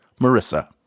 Marissa